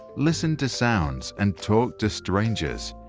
listen to sounds and talk to strangers.